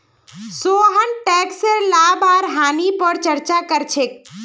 सोहन टैकसेर लाभ आर हानि पर चर्चा कर छेक